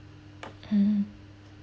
mm